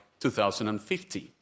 2050